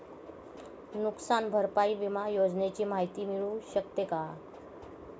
नुकसान भरपाई विमा योजनेची माहिती मिळू शकते का?